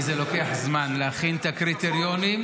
למה לא מחר בבוקר?